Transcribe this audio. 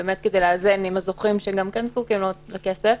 כדי לאזן עם הזוכים שגם זקוקים לכסף,